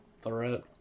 threat